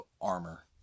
armor